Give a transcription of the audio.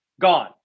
gone